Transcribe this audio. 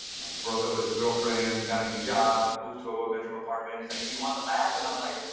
broke up with his girlfriend, got a new job, moved to a one bedroom apartment. he's like, do you want the lab? and i was like,